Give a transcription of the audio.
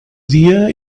dia